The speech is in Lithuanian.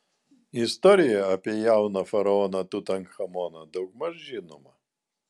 istorija apie jauną faraoną tutanchamoną daugmaž žinoma